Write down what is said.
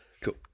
Cool